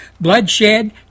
bloodshed